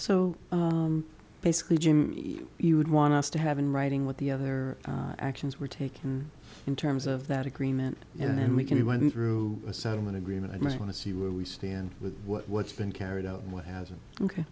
so basically jim you would want us to have in writing what the other actions were taken in terms of that agreement and then we can you went through a settlement agreement i might want to see where we stand with what's been carried out and what hasn't ok